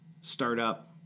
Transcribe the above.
startup